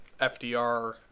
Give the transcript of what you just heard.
FDR